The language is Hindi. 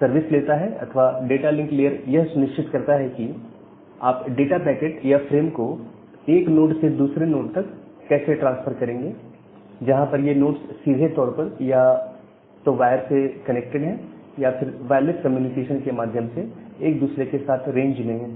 सर्विस लेता है अथवा डाटा लिंक लेयर यह सुनिश्चित करता है कि आप डाटा पैकेट या फ्रेम को एक नोड से दूसरे नोड तक कैसे ट्रांसफर करेंगे जहां पर ये नोड्स सीधे तौर पर या तो वायर से कनेक्टेड है या फिर वायरलेस कम्युनिकेशन के माध्यम से एक दूसरे के साथ रेंज में है